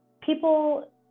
people